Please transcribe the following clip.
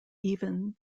even